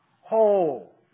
Whole